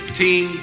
team